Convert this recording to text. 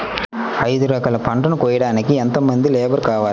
ఐదు ఎకరాల పంటను కోయడానికి యెంత మంది లేబరు కావాలి?